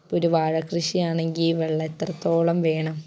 ഇപ്പം ഒരു വാഴ കൃഷിയാണെങ്കിൽ വെള്ളം എത്രത്തോളം വേണം